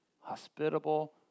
hospitable